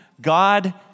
God